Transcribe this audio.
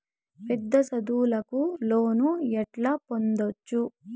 పెద్ద చదువులకు లోను ఎట్లా పొందొచ్చు